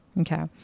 Okay